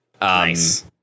Nice